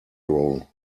roll